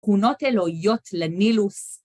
תלונות אלוהיות לנילוס.